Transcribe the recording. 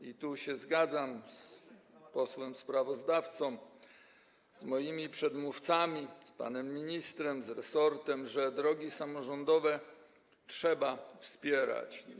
I tu się zgadzam z posłem sprawozdawcą, z moimi przedmówcami, z panem ministrem, z resortem, że drogi samorządowe trzeba wspierać.